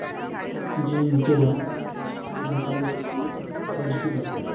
ᱜᱮᱧ ᱟᱹᱭᱠᱟᱹᱣᱟ ᱥᱟᱱᱛᱟᱲᱤ ᱯᱟᱹᱨᱥᱤ ᱫᱚ